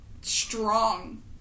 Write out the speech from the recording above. strong